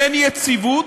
אין יציבות,